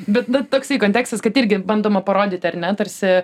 bet bet toksai kontekstas kad irgi bandoma parodyti ar ne tarsi